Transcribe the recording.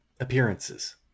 appearances